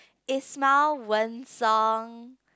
Ismail Wen-Song